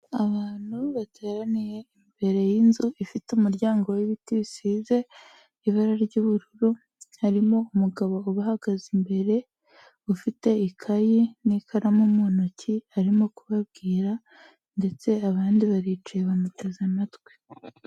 Abantu bateraniye imbere y'inzu ifite umuryango w'ibiti bisize ibara ry'ubururu, harimo umugabo ubahagaze imbere ufite ikayi n'ikaramu mu ntoki arimo kubabwira, ndetse abandi baricaye bamuteze amatwi.